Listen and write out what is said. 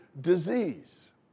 disease